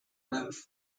move